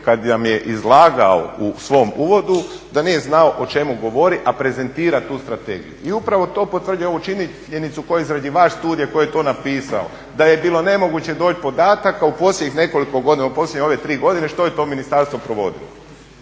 kad nam je izlagao u svom uvodu da nije znao o čemu govori, a prezentira tu strategiju. I upravo to potvrđuje ovu činjenicu tko je izrađivač studije koji je to napisao, da je bilo nemoguće doći do podataka u posljednjih nekoliko godina, u posljednje ove tri godine što je to ministarstvo provodilo.